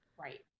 Right